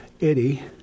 Eddie